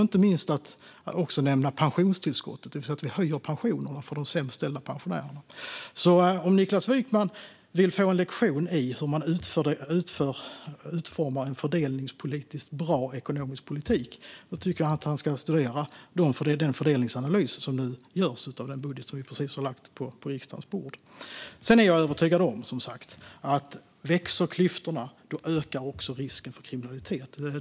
Inte minst vill jag också nämna pensionstillskottet. Vi höjer pensionerna för de pensionärer som har det sämst ställt. Om Niklas Wykman vill få en lektion i hur man utformar en fördelningspolitiskt bra ekonomisk politik tycker jag att han ska studera de fördelningsanalyser som nu görs av den budget som vi precis har lagt på riksdagens bord. Sedan är jag som sagt övertygad om att om klyftorna växer ökar också risken för kriminalitet.